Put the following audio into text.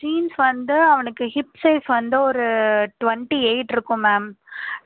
jeans வந்து அவனுக்கு hip size வந்து ஒரு டுவெண்ட்டி எயிட்டிருக்கும் மேம்